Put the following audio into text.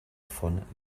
von